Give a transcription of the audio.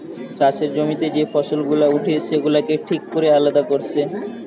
চাষের জমিতে যে ফসল গুলা উঠে সেগুলাকে ঠিক কোরে আলাদা কোরছে